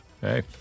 Hey